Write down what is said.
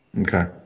Okay